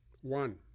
One